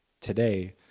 Today